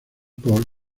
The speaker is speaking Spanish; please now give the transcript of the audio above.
por